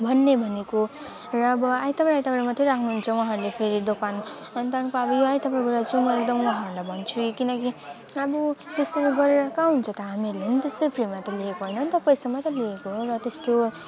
भन्ने भनेको र अब आइतवार आइतवार मात्र राख्नु हुन्छ उहाँहरूले फेरि दोकान अन्त यो पालि यो आइतवार बजार चाहिँ म उहाँहरूलाई भन्छु है किनकि अब त्यसरी गरेर कहाँ हुन्छ त हामीले पनि त त्यसै फ्रिमा त लिएको होइन पनि त पैसामा त लिएको हो र त्यस्तो